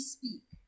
Speak